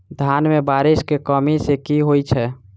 धान मे बारिश केँ कमी सँ की होइ छै?